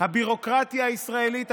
הביורוקרטיה הישראלית,